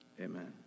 Amen